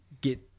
get